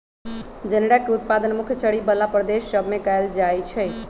जनेरा के उत्पादन मुख्य चरी बला प्रदेश सभ में कएल जाइ छइ